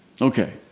Okay